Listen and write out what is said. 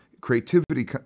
creativity